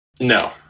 No